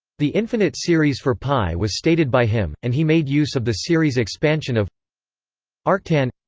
the infinite series for p was stated by him, and he made use of the series expansion of arctan?